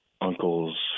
uncles